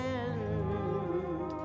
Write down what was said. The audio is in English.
end